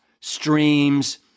streams